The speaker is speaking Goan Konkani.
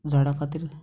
झाडा खातीर